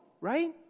right